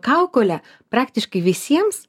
kaukolę praktiškai visiems